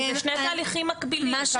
זה שני תהליכים מקבילים.